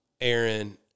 Aaron